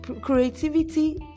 creativity